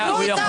דברו איתנו.